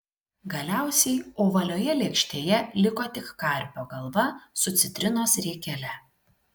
galiausiai ovalioje lėkštėje liko tik karpio galva su citrinos riekele